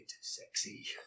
sexy